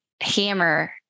hammer